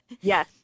Yes